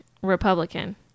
Republican